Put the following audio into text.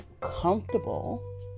comfortable